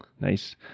Nice